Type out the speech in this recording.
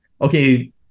okay